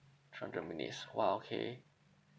three hundred minutes !wah! okay